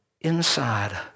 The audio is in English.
inside